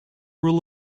rule